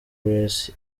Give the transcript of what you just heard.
grace